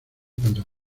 cuando